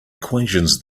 equations